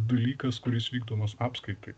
dalykas kuris vykdomas apskaitai